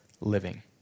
living